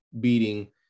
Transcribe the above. beating